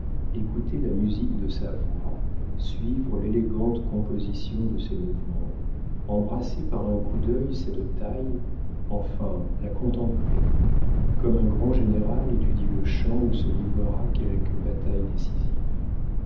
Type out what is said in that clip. la musique de sa voix suivre l'élégante composition de ses mouvements embrasser par un coup d'œil cette taille enfin la contempler comme un grand général étudie le champ où se livrera quelque bataille décisive